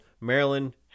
Maryland